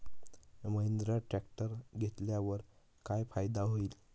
Mahindra tractor घेतल्यावर काय फायदा होईल?